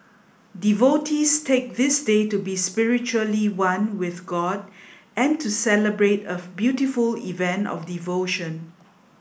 devotees take this day to be spiritually one with god and to celebrate a beautiful event of devotion